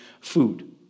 food